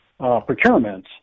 procurements